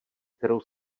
kterou